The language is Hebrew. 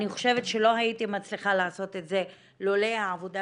אני חושבת שלא הייתי מצליחה לעשות את זה לולא העבודה